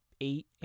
eight